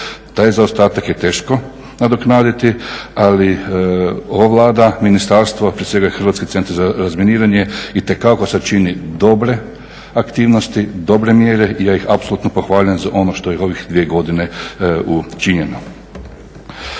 Taj zaostatak je teško nadoknaditi, ali ova Vlada, ministarstvo, prije svega i Hrvatski centar za razminiranje itekako sad čini dobre aktivnosti, dobre mjere i ja ih apsolutno pohvaljujem za ono što je ovih dvije godine učinjeno.